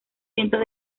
cientos